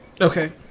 Okay